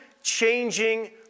changing